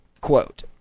Quote